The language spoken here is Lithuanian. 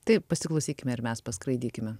tai pasiklausykime ir mes paskraidykime